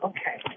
Okay